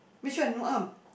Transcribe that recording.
which one no arm